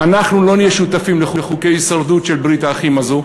אבל אנחנו לא נהיה שותפים לחוקי ההישרדות של ברית האחים הזאת,